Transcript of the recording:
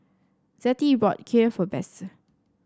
Zettie bought Kheer for Besse